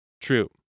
true